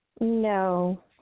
no